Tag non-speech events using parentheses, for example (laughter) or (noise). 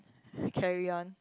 (breath) carry on